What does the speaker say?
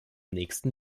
nächsten